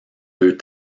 deux